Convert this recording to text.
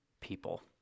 people